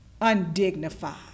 Undignified